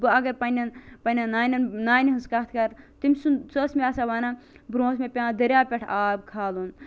گوٚو اگر پَننیٚن پَننیٚن نانیٚن نانہ ہٕنٛز کتھ کَرٕ تمہ سُنٛد سۄ ٲسۍ مےٚ آسان وَنان برونٛہہ اوس مےٚ پیٚوان دٔریاو پیٚٹھ آب کھالُن